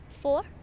Four